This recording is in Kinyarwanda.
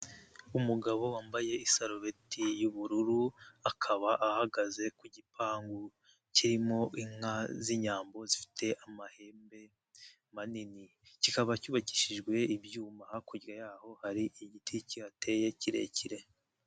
Umugabo wambaye isarubeti y'ubururu, akaba ahagaze ku gipangu kirimo inka z'Inyambo zifite amahembe manini, kikaba cyubakishijwe ibyuma, hakurya y'aho hakaba hari igiti kihateye kirekire.